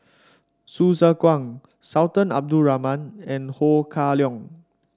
Hsu Tse Kwang Sultan Abdul Rahman and Ho Kah Leong